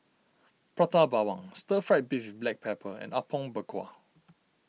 Prata Bawang Stir Fried Beef with Black Pepper and Apom Berkuah